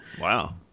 Wow